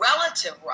relative